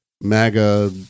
MAGA